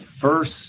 first